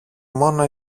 μόνο